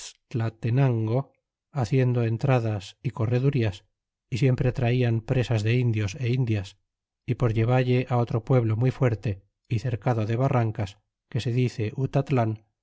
en quebtlatenango haciendo entradas y corredurías a siempre traian presas de indios indias y por llevalle otro pueblo muy fuerte y cercado de barrancas que se dice